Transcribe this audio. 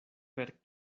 per